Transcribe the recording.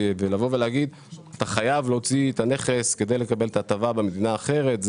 לבוא ולהגיד אתה חייב להוציא את הנכס כדי לקבל את ההטבה במדינה אחרת.